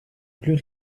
plus